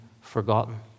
forgotten